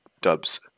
dubs